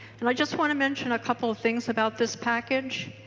and i just want to mention a couple things about this package.